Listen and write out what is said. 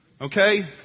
Okay